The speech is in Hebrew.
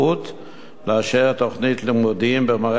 לאשר תוכנית לימודים במערכת החינוך